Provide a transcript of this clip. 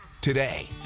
today